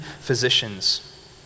physicians